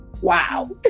wow